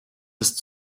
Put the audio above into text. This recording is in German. ist